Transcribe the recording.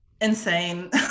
insane